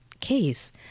case